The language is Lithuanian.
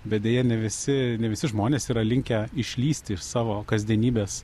bet deja ne visi ne visi žmonės yra linkę išlįsti iš savo kasdienybės